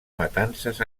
matances